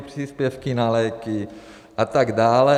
Příspěvky na léky a tak dále.